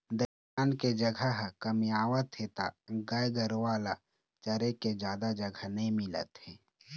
दइहान के जघा ह कमतियावत हे त गाय गरूवा ल चरे के जादा जघा नइ मिलत हे